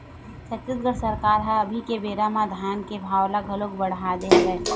छत्तीसगढ़ सरकार ह अभी के बेरा म धान के भाव ल घलोक बड़हा दे हवय